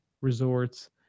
resorts